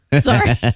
Sorry